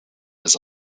das